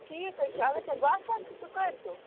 ٹھیٖک حظ چھُ اگر تۄہہِ باسان چھُ تہٕ کٔرۍ تو